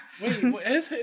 Wait